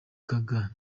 gaga